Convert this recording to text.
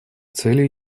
целью